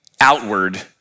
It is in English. outward